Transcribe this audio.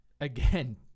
Again